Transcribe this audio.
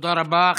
תודה רבה.